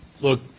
Look